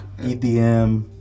EDM